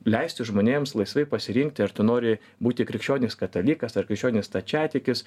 leisti žmonėms laisvai pasirinkti ar tu nori būti krikščionis katalikas ar krikščionis stačiatikis